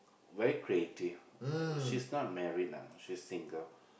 very creative uh she's not married ah she's single